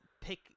pick